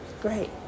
great